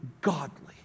godly